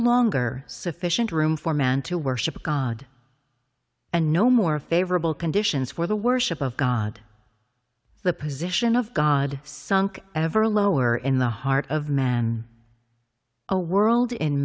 longer sufficient room for man to worship god and no more favorable conditions for the worship of god the position of god sunk ever lower in the heart of man a world in